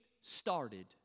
started